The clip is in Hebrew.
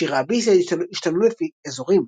שירי הבי-סייד השתנו לפי אזורים.